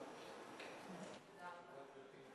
תם סדר-היום.